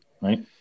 Right